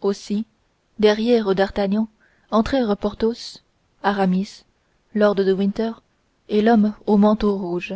aussi derrière d'artagnan entrèrent porthos aramis lord de winter et l'homme au manteau rouge